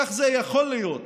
איך זה יכול להיות